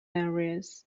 areas